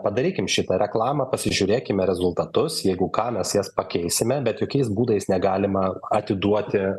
padarykim šitą reklamą pasižiūrėkime rezultatus jeigu ką mes jas pakeisime bet jokiais būdais negalima atiduoti